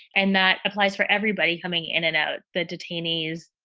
and that applies for everybody coming in and out. the. detainees,